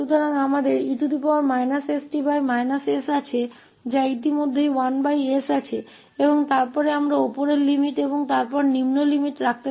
तो हमारे पास e st s है जो पहले से ही 1s है और फिर हम ऊपरी सीमा और फिर निचली सीमा डाल सकते हैं